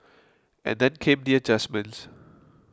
and then came the adjustments